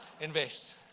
invest